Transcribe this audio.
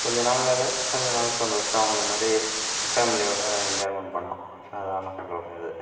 கொஞ்சம் நாள் வேலை கொஞ்சம் நாள் சந்தோஷம் அந்தமாரி ஃபேமிலியோடு என்ஜாய்மெண்ட் பண்ணணும் அதான் நம்மளோட இது